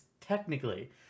technically